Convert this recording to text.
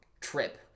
trip